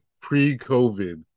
pre-COVID